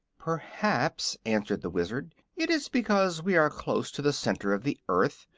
perhaps, answered the wizard, it is because we are close to the center of the earth,